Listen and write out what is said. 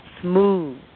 smooth